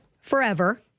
forever